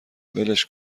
ولش